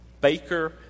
baker